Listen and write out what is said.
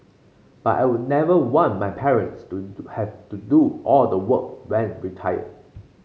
but I would never want my parents to do have to do all the work when retired